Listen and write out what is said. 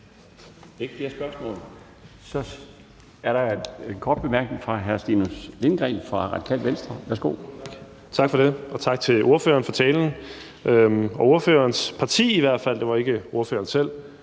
Tak for det, og tak til ordføreren for talen. Ordførerens parti i hvert fald, det var ikke ordføreren selv,